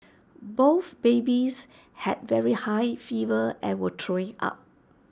both babies had very high fever and were throwing up